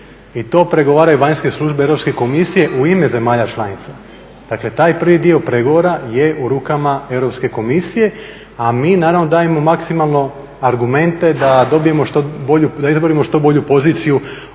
i to pregovaraju vanjske službe Europske komisije u ime zemalja članica. Dakle, taj prvi dio pregovora je u rukama Europske komisije, a mi naravno dajemo maksimalno argumente da dobijemo što bolju,